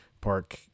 park